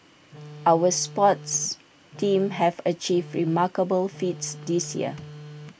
our sports teams have achieved remarkable feats this year